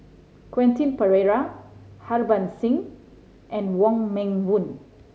Quentin Pereira Harbans Singh and Wong Meng Voon